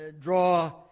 draw